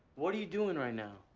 what are you doing right now?